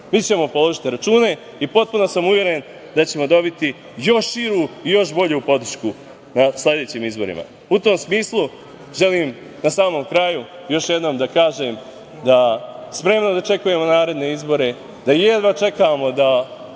ćemo položiti račune i potpuno sam uveren da ćemo dobiti još širu i još bolju podršku na sledećim izborima. U tom smislu želim na samom kraju još jednom da kažem da spremno dočekujemo naredne izbore, da jedva čekamo da